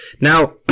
Now